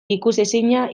ikusezina